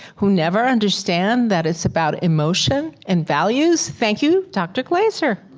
who never understand that it's about emotion and values, thank you doctor glaser.